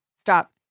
stop